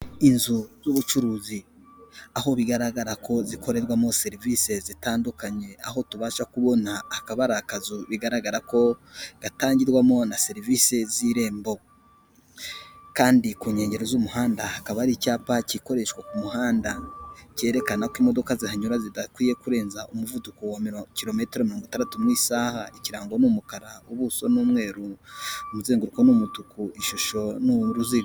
Inzu z'ubucuruzi aho bigaragara ko zikorerwamo serivisi zitandukanye aho tubasha kubona akaba arikazu bigaragara ko gatangirwamo na serivisi z'irembo kandi ku nkengero z'umuhanda hakaba ari icyapa gikoreshwa ku muhanda kerekana ko imodoka zihinyura zidakwiye kurenza umuvuduko wa kilometero mirongo itandatu mw, isaha ikirango n'umukara ubuso n'umweru umuzenguruko n'umutuku ishusho nuruziga.